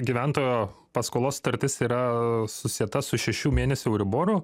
gyventojo paskolos sutartis yra susieta su šešių mėnesių euriboru